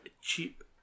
cheap